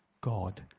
God